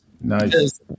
Nice